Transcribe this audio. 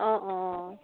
অঁ অঁ